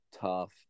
tough